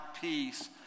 peace